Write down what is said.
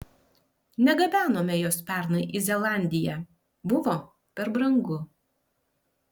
negabenome jos pernai į zelandiją buvo per brangu